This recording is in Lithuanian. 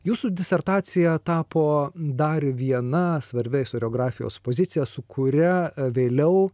jūsų disertacija tapo dar viena svarbia istoriografijos pozicija su kuria vėliau